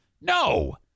No